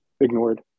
ignored